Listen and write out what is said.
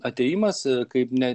atėjimas kaip ne